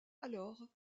alors